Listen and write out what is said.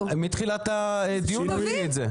מתחילת הדיון הוא הביא את זה.